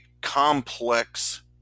complex